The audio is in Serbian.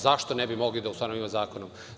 Zašto ne bi mogli da ustanovimo zakonom?